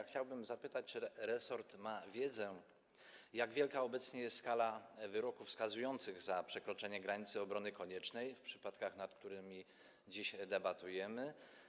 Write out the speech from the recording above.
Chciałbym zapytać, czy resort ma wiedzę o tym, jak wielka jest obecnie skala wyroków skazujących za przekroczenie granicy obrony koniecznej w przypadkach, nad którymi dzisiaj debatujemy.